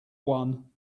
one